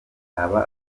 yaba